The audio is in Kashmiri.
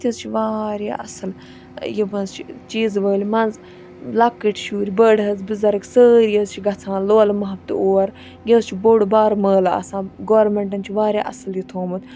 اَتہِ حظ چھُ واریاہ اَصل یِم حظ چھِ چیٖزٕ وٲلۍ منز لۄکٕٹۍ شُرۍ بٔڑٕ حظ بُزَرٕگ سٲری حظ چھِ گَژھان لولہٕ مُحَبتہٕ اور یہِ حظ چھُ بوٚڑ بار مٲلہِ آسان گورمنٹَن چھُ واریاہ اَصل یہِ تھوومُت